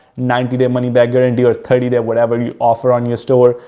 ninety day money back guarantee or thirty day or whatever you offer on your store,